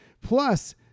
Plus